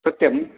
सत्यम्